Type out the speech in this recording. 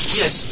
yes